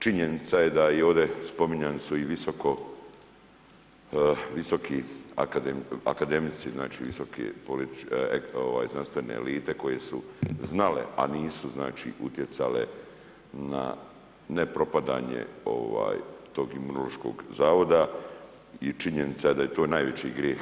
Činjenica je da su ovdje spominjani i visoki akademici, znači visoke znanstvene elite koje su znale a nisu utjecale na nepropadanje tog Imunološkog zavoda i činjenica je da je to najveći grijeh.